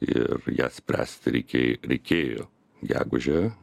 ir ją spręsti reikėj reikėjo gegužę